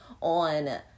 on